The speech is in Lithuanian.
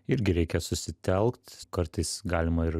irgi reikia susitelkt kartais galima ir